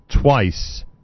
twice